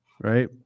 right